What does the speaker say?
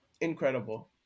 incredible